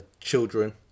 children